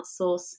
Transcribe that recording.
outsource